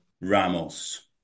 Ramos